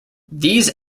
these